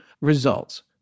Results